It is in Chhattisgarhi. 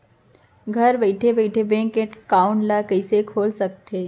घर बइठे बइठे बैंक एकाउंट ल कइसे खोल सकथे?